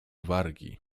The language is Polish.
wargi